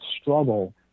struggle